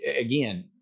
again